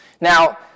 Now